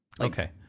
Okay